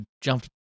jumped